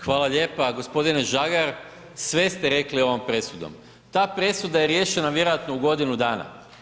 Hvala lijepa, gospodine Žagar sve ste rekli ovom presudom, ta presuda je riješena vjerojatno u godinu dana.